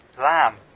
Lamb